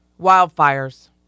Wildfires